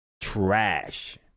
Trash